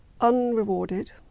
unrewarded